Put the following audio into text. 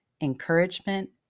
encouragement